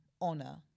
honor